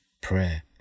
prayer